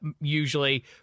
usually